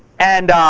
and